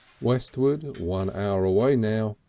westward, one hour away now,